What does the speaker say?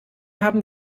haben